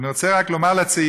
אני רוצה רק לומר לצעירים: